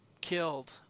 killed